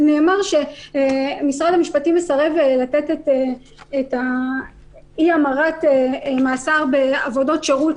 נאמר שמשרד המשפטים מסרב לתת את אי המרת מאסר בעבודות שירות,